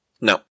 No